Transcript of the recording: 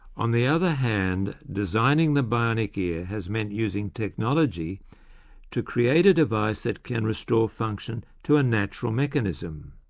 on the other hand, designing the bionic ear has meant using technology to create a device that can restore function to a natural mechanism.